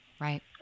right